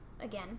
again